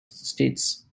states